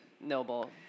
noble